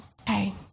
Okay